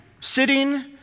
sitting